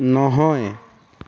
নহয়